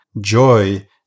Joy